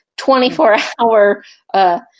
24-hour